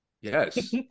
Yes